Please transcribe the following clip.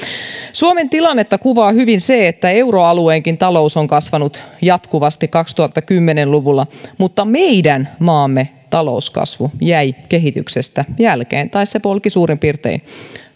suomen tilannetta kuvaa hyvin se että euroalueenkin talous on kasvanut jatkuvasti kaksituhattakymmenen luvulla mutta meidän maamme talouskasvu jäi kehityksestä jälkeen tai se polki suurin piirtein